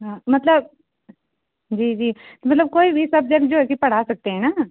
हाँ मतलब जी जी तो मतलब कोई भी सब्जेक्ट जो है कि पढ़ा सकते हैं न